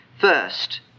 First